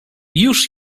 już